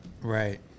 Right